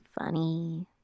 funny